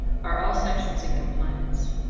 are all sections in compliance?